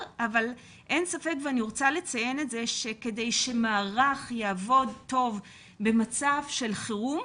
אין ספק שכדי שמערך יעבוד טוב במצב חירום,